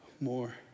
more